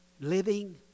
living